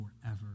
forever